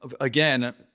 again